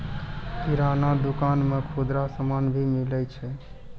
किराना दुकान मे खुदरा समान भी मिलै छै